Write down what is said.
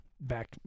back